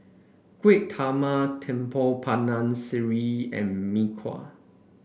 Kueh Talam Tepong Pandan sireh and Mee Kuah